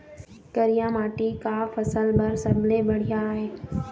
करिया माटी का फसल बर सबले बढ़िया ये?